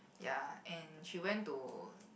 ya and she went to